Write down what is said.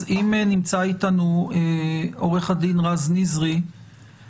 אז אם נמצא איתנו עורך הדין רז נזרי,